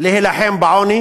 להילחם בעוני